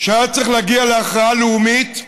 שהיה צריך להגיע להכרעה לאומית,